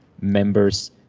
members